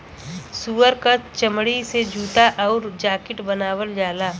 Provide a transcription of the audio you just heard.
सूअर क चमड़ी से जूता आउर जाकिट बनावल जाला